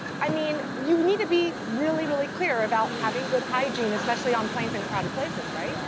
i mean you need to be really, really clear about having good hygiene, especially on planes and crowded places right? yeah,